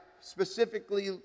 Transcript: specifically